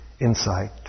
insight